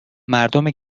مردم